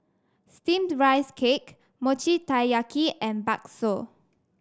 Steamed Rice Cake Mochi Taiyaki and Bakso